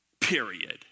period